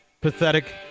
pathetic